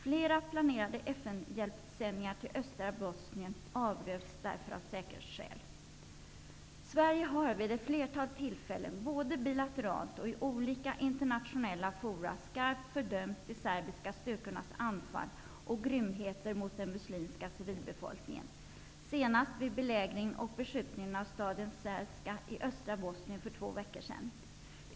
Flera planerade FN Sverige har vid ett flertal tillfällen, både bilateralt och i olika internationella forum, skarpt fördömt de serbiska styrkornas anfall och grymheter mot den muslimska civilbefolkningen. Det skedde senast vid belägringen och beskjutningen av staden Cerska i östra Bosnien för två veckor sedan.